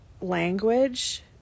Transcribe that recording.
language